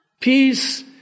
Peace